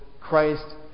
Christ